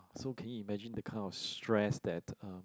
so can you imagine the kind of stress that uh